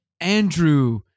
Andrew